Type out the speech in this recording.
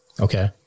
Okay